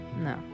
No